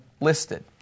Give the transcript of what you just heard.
listed